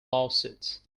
lawsuits